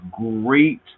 great